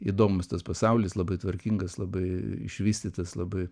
įdomus tas pasaulis labai tvarkingas labai išvystytas labai